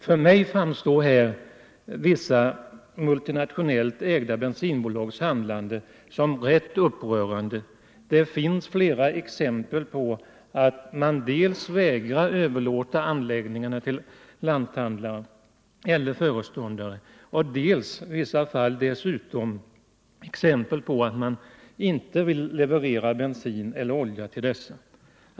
För mig framstår vissa multinationellt ägda bensinbolags handlande som rätt upprörande. Det finns flera exempel på att de dels vägrar att överlåta anläggningarna till lanthandlare eller föreståndare, dels i vissa fall dessutom inte vill leverera bensin eller olja till dessa.